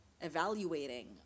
evaluating